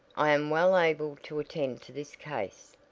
i am well able to attend to this case.